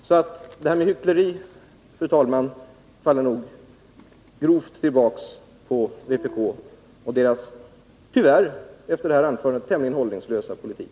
— Så anklagelsen för hyckleri, fru talman, slår nog grovt tillbaka på vpk och dess, att döma av det föregående anförandet, tyvärr tämligen hållningslösa politik.